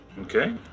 Okay